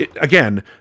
Again